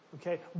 Okay